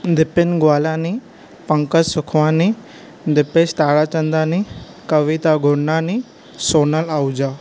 Dipin Gwalani Pankaj Sukhwani Dipesh Tarachandani Kavita Gurnani Sonal Ahuja